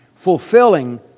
fulfilling